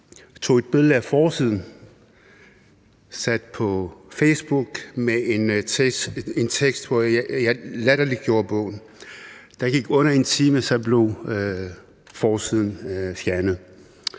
Jeg tog et billede af forsiden, satte det på Facebook med en tekst, hvor jeg latterliggjorde bogen. Der gik under en time, så blev forsiden fjernet.